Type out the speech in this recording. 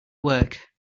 work